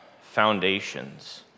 foundations